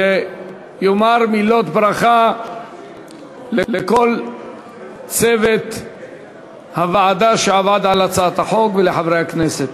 שיאמר מילות ברכה לכל צוות הוועדה שעבד על הצעת החוק ולחברי הכנסת.